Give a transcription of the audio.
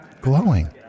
glowing